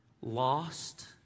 Lost